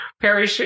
Perry